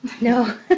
No